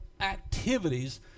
activities